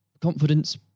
confidence